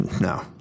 No